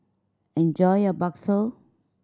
enjoy your bakso